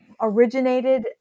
originated